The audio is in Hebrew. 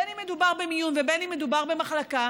בין שמדובר במיון ובין שמדובר במחלקה,